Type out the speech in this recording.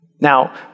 Now